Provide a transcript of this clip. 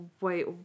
wait